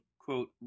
quote